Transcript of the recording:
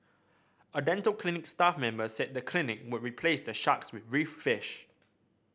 a dental clinic staff member said the clinic would replace the sharks with reef fish